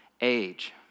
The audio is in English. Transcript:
age